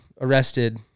arrested